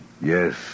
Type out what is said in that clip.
Yes